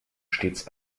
stets